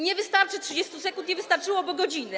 Nie wystarczy 30 sekund, nie wystarczyłoby i godziny.